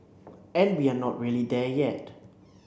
and we're not really there yet